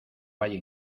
valle